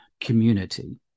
community